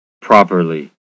properly